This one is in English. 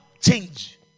change